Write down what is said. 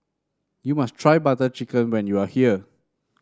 you must try Butter Chicken when you are here